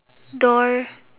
door